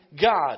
God